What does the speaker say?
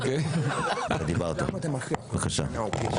בבקשה.